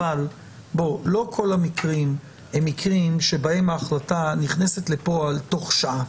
אבל לא כל המקרים הם מקרים שבהם ההחלטה נכנסת לפועל בתוך שעה.